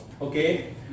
okay